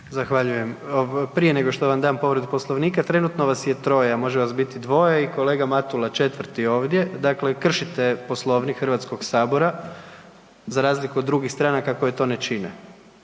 Zahvaljujem. Prije nego što vam dam povredu Poslovnika, trenutno vas je troje, a može vas biti dvoje i kolega Matula četvrti ovdje, dakle kršite Poslovnik HS za razliku od drugih stranaka koje to ne čine,